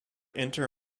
inter